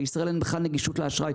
בישראל אין בכלל נגישות לאשראי.